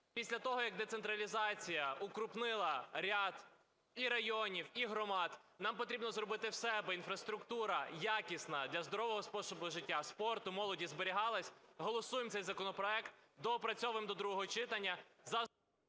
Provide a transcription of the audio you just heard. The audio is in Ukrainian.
після того, як децентралізація укрупнила ряд і районів, і громад, нам потрібно зробити все, аби інфраструктура, якісна, для здорового способу життя, спорту, молоді зберігалася. Голосуємо за цей законопроект, доопрацьовуємо до другого читання...